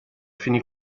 finì